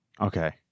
Okay